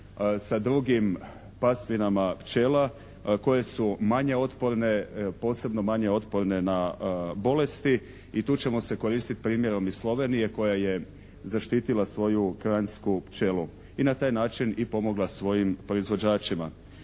sa drugim pasminama pčela koje su manje otporne, posebno manje otporne na bolesti. I tu ćemo se koristiti primjerom iz Slovenije koja je zaštitila svoju Kranjsku pčeli i na taj način i pomogla svojim proizvođačima.